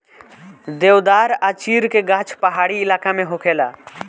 देवदार आ चीड़ के गाछ पहाड़ी इलाका में होखेला